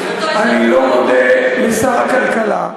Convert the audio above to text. אני לא מודה לשר הכלכלה,